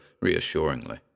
reassuringly